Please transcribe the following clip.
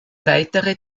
weitere